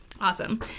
awesome